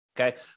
Okay